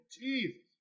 Jesus